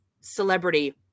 celebrity